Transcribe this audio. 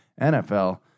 NFL